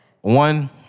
One